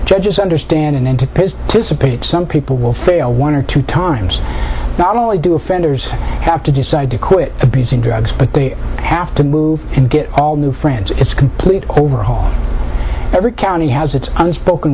judges understand and to dissipate some people will fail one or two times not only do offenders have to decide to quit abusing drugs but they have to move and get all new friends it's a complete overhaul every county has its unspoken